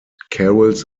carols